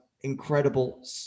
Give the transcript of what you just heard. incredible